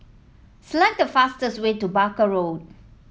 select the fastest way to Barker Road